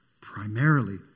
primarily